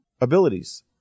abilities